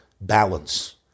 balance